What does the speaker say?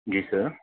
جی سر